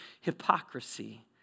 hypocrisy